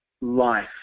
life